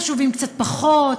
חשובים קצת פחות,